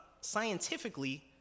scientifically